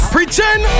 Pretend